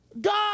God